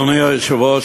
אדוני היושב-ראש,